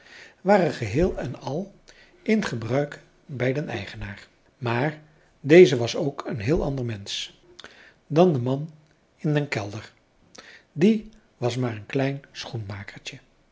waren geheel en al in gebruik bij den eigenaar maar deze was ook een heel ander mensch dan de man in den kelder die was maar een klein schoenmakertje